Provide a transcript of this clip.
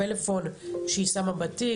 פלאפון שהיא שמה בתיק,